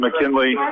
McKinley